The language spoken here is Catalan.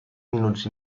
minuts